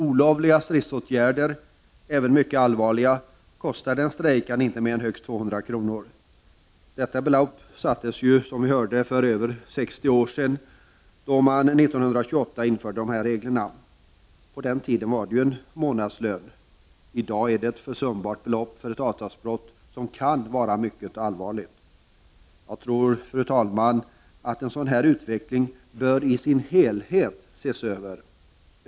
Olovliga stridsåtgärder, även mycket allvarliga, kostar den strejkande inte mer än högst 200 kr. Detta belopp bestämdes, som vi hörde, för över 60 år sedan, då man 1928 införde dessa regler. På den tiden var det en månadslön. I dag är det ett försumbart belopp för ett avtalsbrott som kan vara mycket allvarligt. Jag tror, fru talman, att en sådan här utveckling bör ses över i sin helhet.